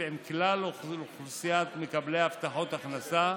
עם כלל אוכלוסיית מקבלי הבטחת הכנסה,